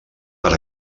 per